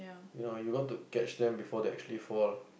you know you got to catch them before they actually fall